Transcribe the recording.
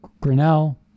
Grinnell